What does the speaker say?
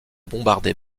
bombarder